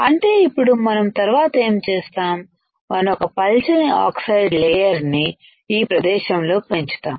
అంటే ఇప్పుడు మనము తర్వాత ఏం చేస్తాం మనం ఒక పలుచని ఆక్సైడ్ లేయర్నీ ఈ ప్రదేశంలో పెంచుతాం